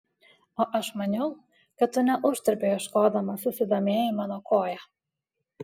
o aš maniau kad tu ne uždarbio ieškodamas susidomėjai mano koja